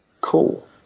Cool